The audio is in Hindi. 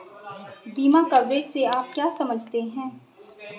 बीमा कवरेज से आप क्या समझते हैं?